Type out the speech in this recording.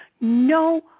No